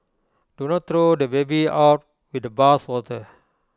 do not throw the baby out with the bathwater